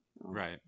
Right